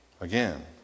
Again